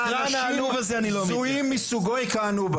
האחרונה שאנשים בזויים מסוגו יכהנו בה.